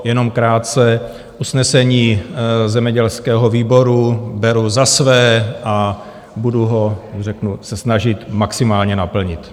Jenom krátce, usnesení zemědělského výboru beru za své a budu ho, řeknu, se snažit maximálně naplnit.